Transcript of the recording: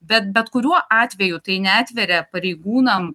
bet bet kuriuo atveju tai neatveria pareigūnam